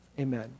Amen